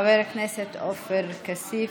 חבר הכנסת סמי אבו שחאדה,